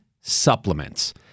supplements